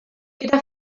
gyda